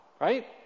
right